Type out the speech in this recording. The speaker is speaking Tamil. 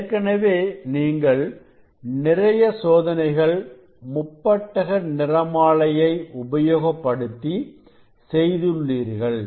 ஏற்கனவே நீங்கள் நிறைய சோதனைகள் முப்பட்டக நிறமாலையை உபயோகப்படுத்தி செய்துள்ளீர்கள்